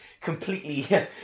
completely